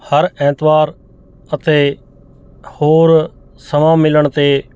ਹਰ ਐਤਵਾਰ ਅਤੇ ਹੋਰ ਸਮਾਂ ਮਿਲਣ 'ਤੇ